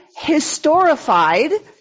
historified